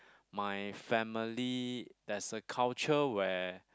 my family there's a culture where